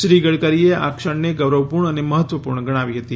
શ્રી ગડકરીએ આ ક્ષણને ગૌરવપૂર્ણ અને મહત્વપૂર્ણ ગણાવી હતી